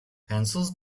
pencils